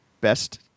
best